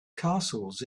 castles